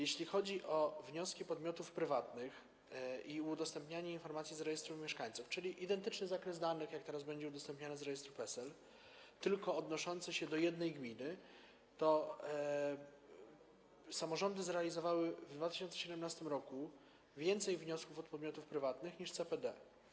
Jeśli chodzi o wnioski podmiotów prywatnych i udostępnianie informacji z rejestru mieszkańców, czyli taki sam zakres danych jak ten, który teraz będzie udostępniany z rejestru PESEL, ale odnoszący się do jednej gminy, to samorządy zrealizowały w 2017 r. więcej wniosków od podmiotów prywatnych niż CPD.